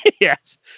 Yes